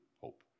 hope